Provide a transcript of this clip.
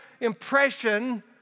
impression